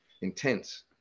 intense